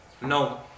no